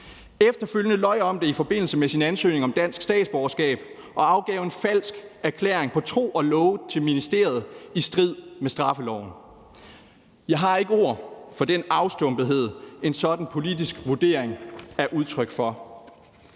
efterfølgende løj om det i forbindelse med sin ansøgning om dansk statsborgerskab og afgav en falsk erklæring på tro og love til ministeriet i strid med straffeloven. Jeg har ikke ord for den afstumpethed, en sådan politisk vurdering er udtryk for.